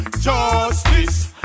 justice